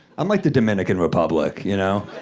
i'm like the dominican republic, you know?